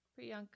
Priyanka